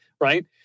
right